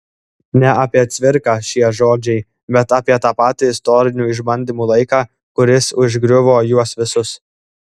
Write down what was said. ne apie cvirką šie žodžiai bet apie tą patį istorinių išbandymų laiką kuris užgriuvo juos visus